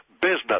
business